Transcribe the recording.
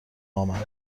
آمد